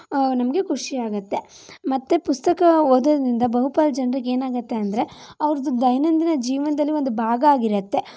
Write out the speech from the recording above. ನಮಗೆ ಖುಷಿ ಆಗುತ್ತೆ ಮತ್ತೆ ಪುಸ್ತಕ ಓದೋದರಿಂದ ಬಹು ಪಾಲು ಜನರಿಗೆ ಏನು ಆಗುತ್ತೆ ಅಂದರೆ ಅವ್ರದ್ದು ದೈನಂದಿನ ಜೀವನದಲ್ಲಿ ಒಂದು ಭಾಗ ಆಗಿರುತ್ತೆ